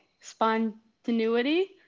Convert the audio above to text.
spontaneity